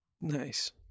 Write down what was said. Nice